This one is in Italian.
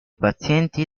pazienti